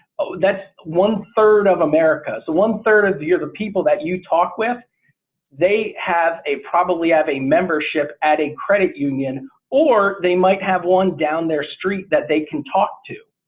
that's one third of america so one third of the year the people that you talk with they have a probably have a membership at a credit union or they might have one down their street that they can talk to.